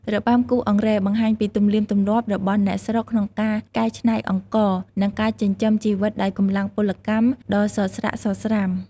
របាំគោះអង្រែ បង្ហាញពីទំនៀមទម្លាប់របស់អ្នកស្រុកក្នុងការកែច្នៃអង្ករ និង ការចិញ្ចឹមជីវិតដោយកម្លាំងពលកម្ម ដ៏សស្រាក់សស្រាំ។